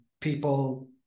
People